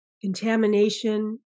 contamination